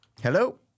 Hello